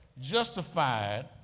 Justified